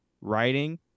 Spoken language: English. writing